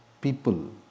people